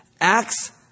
acts